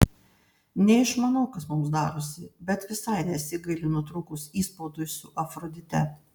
neišmanau kas mums darosi bet visai nesigailiu nutrūkus įspaudui su afrodite